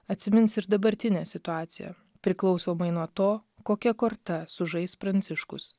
atsimins ir dabartinę situaciją priklausomai nuo to kokia korta sužais pranciškus